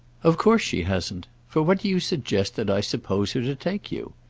of course she hasn't. for what do you suggest that i suppose her to take you?